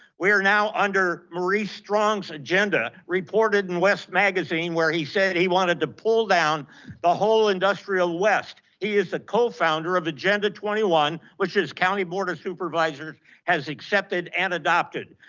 we are now under maurice strong's agenda reported in west magazine where he said he wanted to pull down the whole industrial west. he is the co-founder of agenda twenty one, which this county board of supervisors has accepted and adopted.